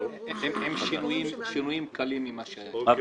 עם שינויים קלים ממה שהיה אתמול.